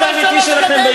אתם שלוש קדנציות,